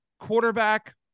quarterback